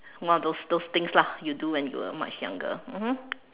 one of those those things lah you do when you were much younger mmhmm